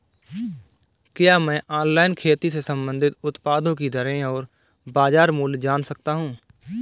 क्या मैं ऑनलाइन खेती से संबंधित उत्पादों की दरें और बाज़ार मूल्य जान सकता हूँ?